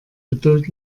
geduld